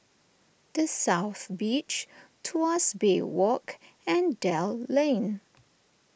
the South Beach Tuas Bay Walk and Dell Lane